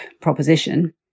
proposition